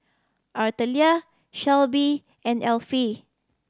Artelia Shelby and Alfie